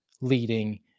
leading